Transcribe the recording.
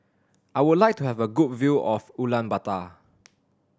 I would like to have a good view of Ulaanbaatar